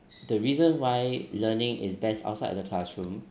the reason why learning is best outside the classroom